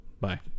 Bye